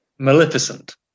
Maleficent